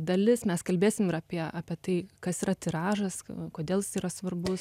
dalis mes kalbėsim ir apie apie tai kas yra tiražas kodėl jis yra svarbus